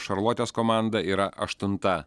šarlotės komanda yra aštunta